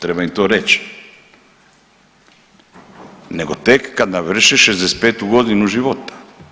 Treba im to reći, nego tek kad navršiš 65. godinu života.